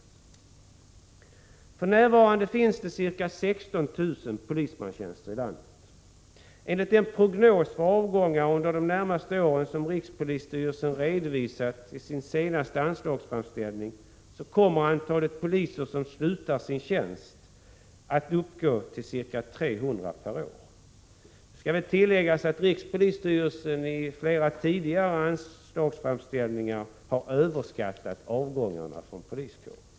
För närvarande finns det ca 16 000 polismanstjänster i landet. Enligt den prognos för avgångar under de närmaste åren som rikspolisstyrelsen har redovisat i sin senaste anslagsframställning kommer antalet poliser som slutar sin tjänst att uppgå till ca 300 per år. Det skall tilläggas att rikspolisstyrelsen i flera tidigare anslagsframställningar har överskattat avgångarna från poliskåren.